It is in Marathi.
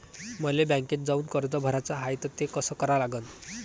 मले बँकेत जाऊन कर्ज भराच हाय त ते कस करा लागन?